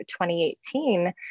2018